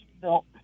built